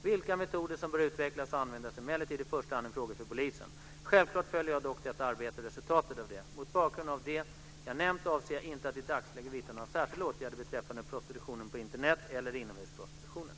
Vilka metoder som bör utvecklas och användas är emellertid i första hand en fråga för polisen. Självklart följer jag dock detta arbete och resultaten av det. Mot bakgrund av det jag nämnt avser jag inte att i dagsläget vidta några särskilda åtgärder beträffande prostitutionen på Internet eller inomhusprostitutionen.